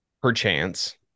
perchance